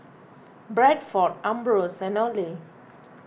Bradford Ambros and Olay